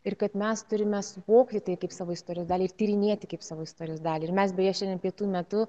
ir kad mes turime suvokti tai kaip savo istorijos dalį ir tyrinėti kaip savo istorijos dalį ir mes beje šiandien pietų metu